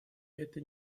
это